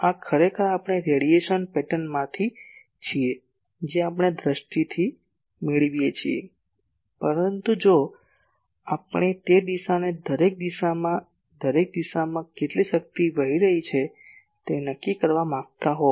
આ ખરેખર આપણે રેડિયેશન પેટર્નમાંથી છીએ જે આપણે દૃષ્ટિથી મેળવીએ છીએ પરંતુ જો આપણે તે દિશાને દરેક દિશામાં દરેક દિશામાં કેટલી શક્તિ વહી રહી છે તે નક્કી કરવા માંગતા હો